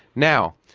now,